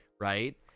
right